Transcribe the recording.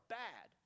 bad